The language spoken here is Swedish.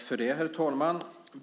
Herr talman!